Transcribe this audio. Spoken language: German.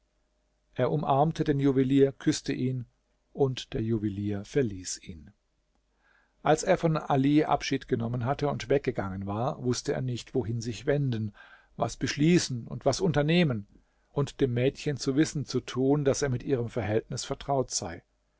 er umarmte den juwelier küßte ihn und der juwelier verließ ihn als er von ali abschied genommen hatte und weggegangen war wußte er nicht wohin sich wenden was beschließen und was unternehmen und dem mädchen zu wissen zu tun daß er mit ihrem verhältnis vertraut sei